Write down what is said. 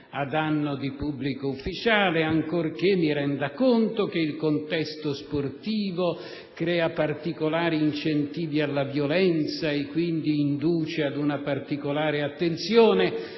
a danno di pubblico ufficiale, ancorché mi renda conto che il contesto sportivo crea particolari incentivi alla violenza e quindi induce a una particolare attenzione,